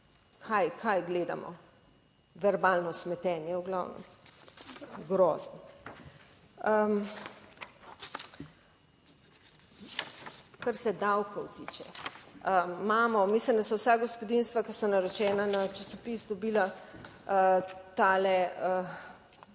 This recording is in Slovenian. tukaj. Kaj gledamo? Verbalno smetenje v glavnem, grozno. Kar se davkov tiče, imamo, mislim, da so vsa gospodinjstva, ki so naročena na časopis, dobila tole